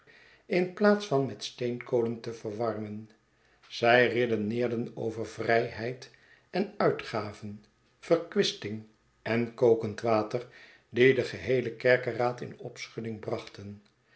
in plaats van met steenkolen te verwarmen zij redeneerden over vrijheid en uitgaven verkwisting en kokend water die den geheelen kerkeraad in opschudding brachten